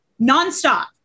nonstop